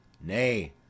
Nay